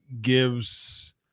gives